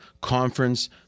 conference